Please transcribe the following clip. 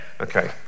Okay